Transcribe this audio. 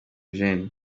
gen